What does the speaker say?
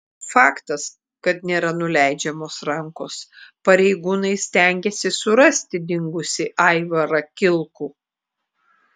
faktas kad nėra nuleidžiamos rankos pareigūnai stengiasi surasti dingusį aivarą kilkų